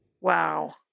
Wow